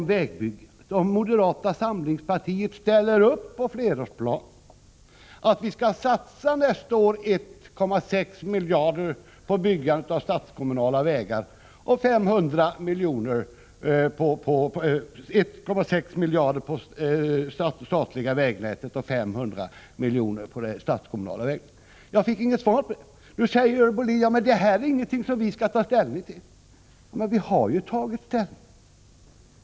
Ställer moderata samlingspartiet upp på en flerårsplan, bl.a. innebärande att vi nästa år skall satsa 1,6 miljarder kronor på det statliga vägnätet och 500 milj.kr. på det statskommunala vägnätet? Jag fick inget svar på det. Görel Bohlin säger att det här inte är någonting som vi skall ta ställning till. Men vi har ju redan tagit ställning.